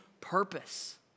purpose